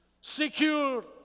secure